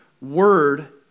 word